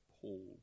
Paul